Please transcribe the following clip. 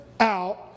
out